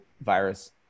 virus